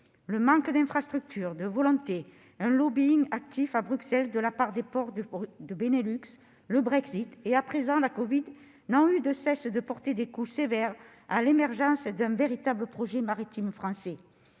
Le manque d'infrastructures, de volonté, un lobbying actif à Bruxelles de la part des ports du Benelux, le Brexit, et à présent la covid, n'ont eu de cesse de porter des coups sévères à l'émergence d'un véritable projet maritime français.